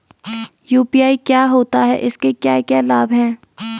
UPI क्या होता है इसके क्या क्या लाभ हैं?